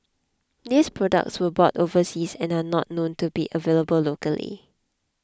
these products were bought overseas and are not known to be available locally